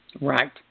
Right